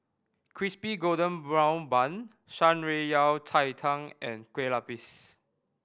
Crispy Golden Brown Bun Shan Rui Yao Cai Tang and Kueh Lapis